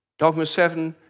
dogma seven,